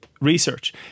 research